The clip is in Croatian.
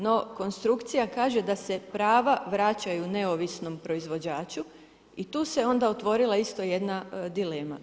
No, konstrukcija kaže da se prava vraćaju neovisnom proizvođaču i tu se onda otvorila isto jedna dilema.